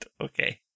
Okay